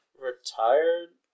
Retired